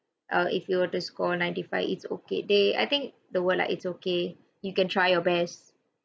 err if you were to score ninety five it's okay they I think the word like it's okay you can try your best